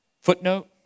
footnote